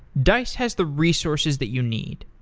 dice has the resources that you need.